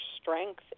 strength